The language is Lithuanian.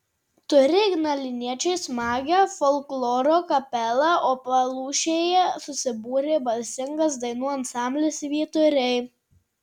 turi ignaliniečiai smagią folkloro kapelą o palūšėje susibūrė balsingas dainų ansamblis vyturiai